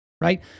right